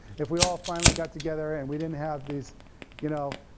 if we all finally got together and we didn't have these you know